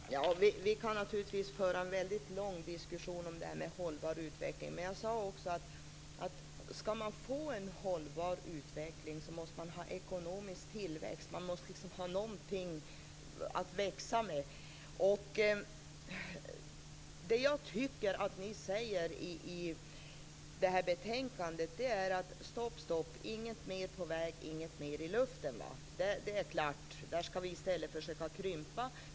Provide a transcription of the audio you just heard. Herr talman! Vi kan naturligtvis föra en väldigt lång diskussion om det här med hållbar utveckling. Men jag sade också att skall man få en hållbar utveckling måste man ha ekonomisk tillväxt. Man måste liksom ha någonting att växa med. Det jag tycker att ni säger i det här betänkandet är: Stopp, stopp! Inget mer på vägen, inget mer i luften. Det är klart. Där skall vi i stället försöka att krympa.